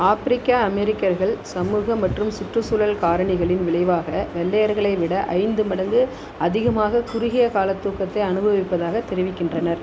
ஆப்பிரிக்க அமெரிக்கர்கள் சமூக மற்றும் சுற்றுச்சூழல் காரணிகளின் விளைவாக வெள்ளையர்களை விட ஐந்து மடங்கு அதிகமாக குறுகிய கால தூக்கத்தை அனுபவிப்பதாக தெரிவிக்கின்றனர்